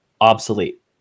obsolete